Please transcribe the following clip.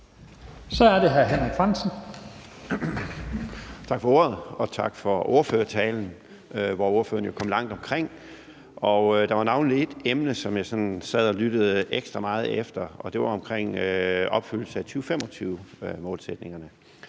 Kl. 12:53 Henrik Frandsen (M): Tak for ordet, og tak for ordførertalen, hvor ordføreren jo kom langt omkring, og hvor der navnlig var ét emne, som jeg sådan sad og lyttede ekstra meget efter, og det var omkring en opfyldelse af 2025-målsætningerne.